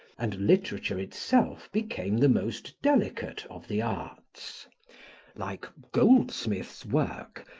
and literature itself became the most delicate of the arts like goldsmith's work,